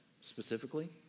specifically